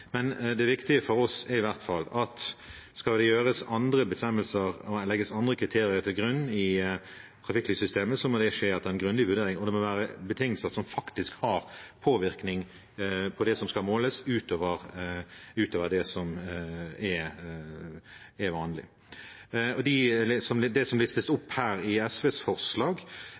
Men det får for så vidt Arbeiderpartiet svare for. Det viktige for oss er i hvert fall at skal det gjøres andre bestemmelser og legges andre kriterier til grunn i trafikklyssystemet, må det skje etter en grundig vurdering, og det må være betingelser som faktisk har påvirkning på det som skal måles, utover det som er vanlig. Det som listes opp her i SVs forslag,